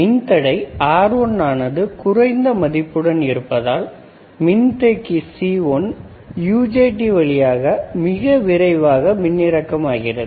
மின்தடை R1 ஆனது குறைந்த மதிப்புடன் இருப்பதால் மின்தேக்கி C1 UJT வழியாக மிக விரைவாக மின்னிறக்கம் ஆகிறது